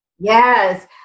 Yes